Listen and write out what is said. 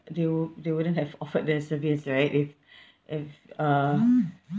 they wo~ they wouldn't have offered their service right if if uh